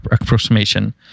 approximation